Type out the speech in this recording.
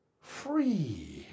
free